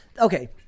Okay